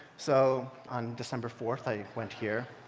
so on december fourth, i went here.